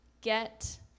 get